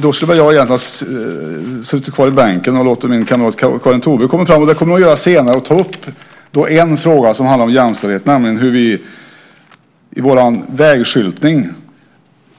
Då skulle väl jag egentligen ha suttit kvar i bänken och låtit min kamrat Karin Thorborg komma fram, och det kommer hon att göra senare och då ta upp en fråga som handlar om jämställdhet, nämligen hur vi i vår vägskyltning